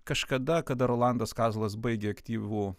kažkada kada rolandas kazlas baigė aktyvų